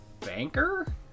banker